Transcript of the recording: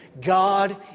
God